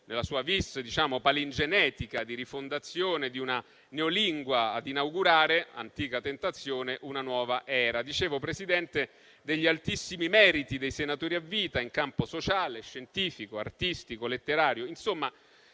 nella sua *vis* palingenetica, di rifondazione di una neolingua, ad inaugurare, da antica tentazione, una nuova era. Signor Presidente, dicevo degli altissimi meriti dei senatori a vita in campo sociale, scientifico, artistico, letterario; insomma,